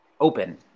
open